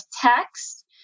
text